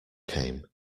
came